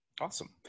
Awesome